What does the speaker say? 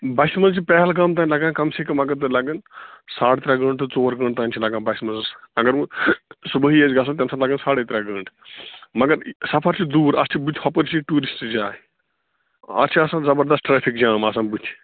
بَسہِ منٛز چھِ پہلگام تانۍ لَگان کَم سے کَم لَگان ساڑ ترٛےٚ گنٛٹہٕ ژور گنٛٹہٕ تانۍ چھِ لَگان بَسہِ منٛز اگر وۅنۍ صُبحٲیی آسہِ گَژھُن تَمہِ ساتہٕ لَگان ساڑے ترٛےٚ گنٛٹہٕ مگر سفر چھُ دوٗر اَتھ چھِ بُتھِ ہۄپٲرۍ چھِ یہِ ٹیٛوٗرسٹہٕ جاے اَتھ چھِ آسان زبردس ٹرٛیفِک جام آسان بُتھِ